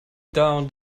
down